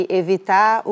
evitar